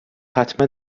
حتما